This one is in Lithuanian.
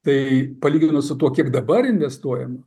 tai palyginus su tuo kiek dabar investuojama